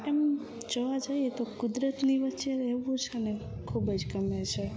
એમ જોવા જઈએ તો કુદરતની વચ્ચે રહેવું છે ને ખૂબ જ ગમે છે